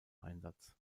einsatz